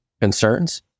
concerns